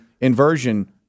inversion